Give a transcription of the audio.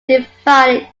divided